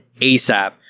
ASAP